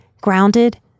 grounded